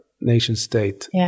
nation-state